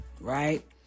right